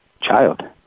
child